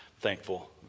thankful